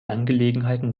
angelegenheiten